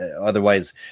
Otherwise